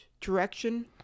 direction